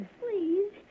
please